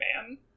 man